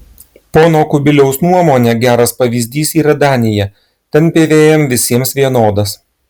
pono kubiliaus nuomone geras pavyzdys yra danija ten pvm visiems vienodas